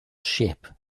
ship